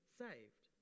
saved